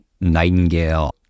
nightingale